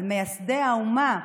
על מייסדי האומה,